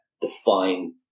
define